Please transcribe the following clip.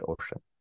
ocean